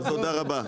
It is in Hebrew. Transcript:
תודה רבה.